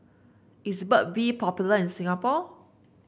is Burt bee popular in Singapore